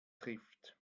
trifft